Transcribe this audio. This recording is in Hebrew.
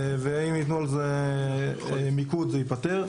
ואם יתנו על זה מיקוד זה ייפתר.